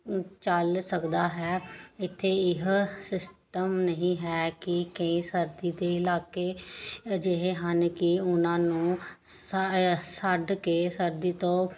ਝੱਲ ਸਕਦਾ ਹੈ ਇੱਥੇ ਇਹ ਸਿਸਟਮ ਨਹੀਂ ਹੈ ਕਿ ਕਈ ਸਰਦੀ ਦੇ ਇਲਾਕੇ ਅਜਿਹੇ ਹਨ ਕਿ ਉਨਾਂ ਨੂੰ ਸਾ ਛੱਡ ਕੇ ਸਰਦੀ ਤੋਂ